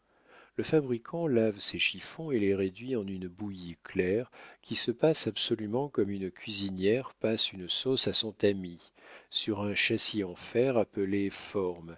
le fabricant lave ses chiffons et les réduit en une bouillie claire qui se passe absolument comme une cuisinière passe une sauce à son tamis sur un châssis en fer appelé